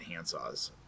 handsaws